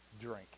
drink